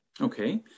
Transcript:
Okay